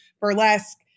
burlesque